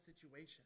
situation